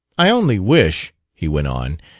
i only wish, he went on,